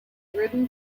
written